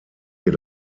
hier